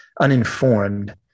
uninformed